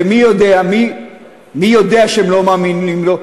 ומי יודע, מי יודע שהם לא מאמינים לו?